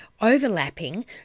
overlapping